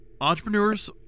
Entrepreneurs